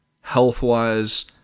health-wise